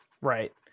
Right